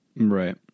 right